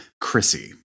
Chrissy